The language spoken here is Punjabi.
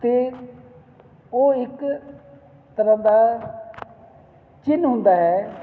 ਤਾਂ ਉਹ ਇੱਕ ਤਰ੍ਹਾਂ ਦਾ ਚਿੰਨ ਹੁੰਦਾ ਹੈ